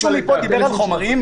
מישהו פה דיבר על חומרים?